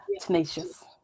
tenacious